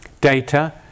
data